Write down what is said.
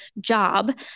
Job